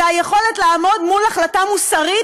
זה היכולת לעמוד מול החלטה מוסרית